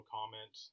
comment